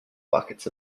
buckets